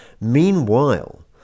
Meanwhile